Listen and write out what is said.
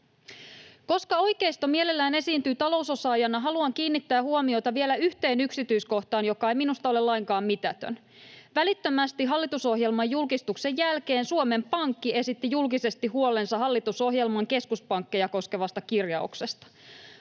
Koska oikeisto mielellään esiintyy talousosaajana, haluan kiinnittää huomiota vielä yhteen yksityiskohtaan, joka ei minusta ole lainkaan mitätön: Välittömästi hallitusohjelman julkistuksen jälkeen Suomen Pankki esitti julkisesti huolensa hallitusohjelman keskuspankkeja koskevasta kirjauksesta.